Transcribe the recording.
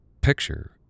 Picture